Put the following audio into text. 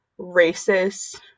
racist